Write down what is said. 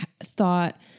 thought